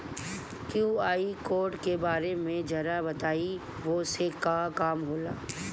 QR code के बारे में जरा बताई वो से का काम होला?